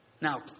Now